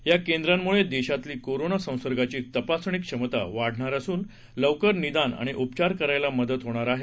या केंद्रांम्ळे देशातली कोरोना संसर्गाची तपासणी क्षमता वाढणार असून लवकर निदान आणि उपचार करायला मदत होणार आहे